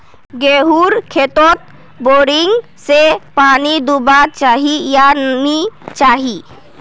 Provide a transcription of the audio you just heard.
गेँहूर खेतोत बोरिंग से पानी दुबा चही या नी चही?